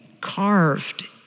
carved